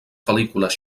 pel·lícules